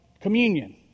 communion